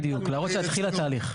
בדיוק, להראות שהתחיל התהליך.